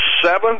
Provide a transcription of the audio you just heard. seventh